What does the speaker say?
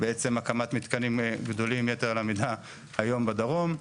הקמת מתקנים גדולים יתר על המידה היום בדרום,